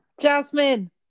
Jasmine